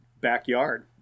backyard